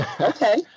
okay